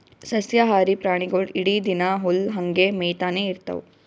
ಸಸ್ಯಾಹಾರಿ ಪ್ರಾಣಿಗೊಳ್ ಇಡೀ ದಿನಾ ಹುಲ್ಲ್ ಹಂಗೆ ಮೇಯ್ತಾನೆ ಇರ್ತವ್